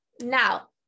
Now